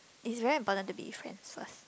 is very important to be friends first